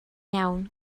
iawn